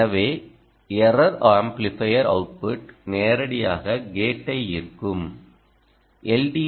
எனவே error amplifier output நேரடியாக கேட்டை ஈர்க்கும் எல்